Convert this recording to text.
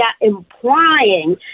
implying